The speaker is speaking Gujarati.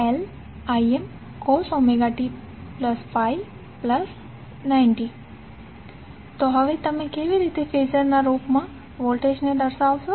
vωLImcos ωt∅90 તો હવે તમે કેવી રીતે ફેઝરના રૂપમાં વોલ્ટેજને દર્શાવશો